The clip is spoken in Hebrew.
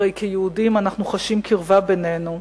הרי כיהודים אנחנו חשים קרבה בינינו.